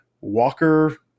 Walker